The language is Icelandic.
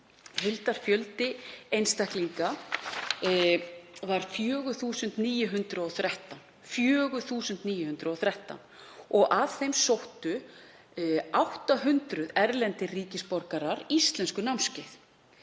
Heildarfjöldi þátttakenda var 4.913 og af þeim sóttu 800 erlendir ríkisborgarar íslenskunámskeið.